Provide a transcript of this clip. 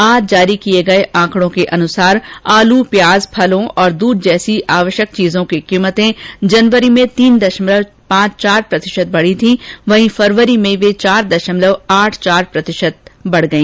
आज जारी किए गये आंकड़ों के अनुसार आलू प्याज फलों और दूध जैसी आवश्यक चीजों की कीमतें जनवरी में तीन दशमलव पांच चार प्रतिशत बढ़ी थीं वहीं फरवरी में वे चार दशमलव आठ चार प्रतिशत बढ़ गई